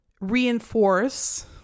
reinforce